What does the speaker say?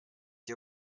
the